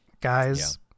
Guys